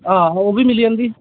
आं ओह्बी मिली जंदी